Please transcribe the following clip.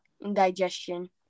indigestion